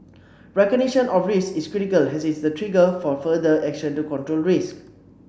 recognition of risks is critical as it is the trigger for further action to control risks